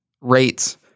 rates